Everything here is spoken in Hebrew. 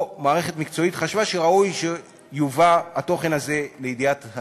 או שמערכת מקצועית חשבה שראוי שיובא לידיעת הציבור.